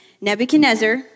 Nebuchadnezzar